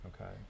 Okay